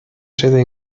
sede